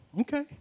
Okay